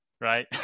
right